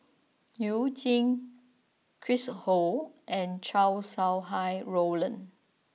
you Jin Chris Ho and Chow Sau Hai Roland